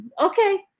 okay